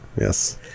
yes